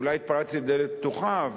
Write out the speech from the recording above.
אולי התפרצתי לדלת פתוחה,